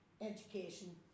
education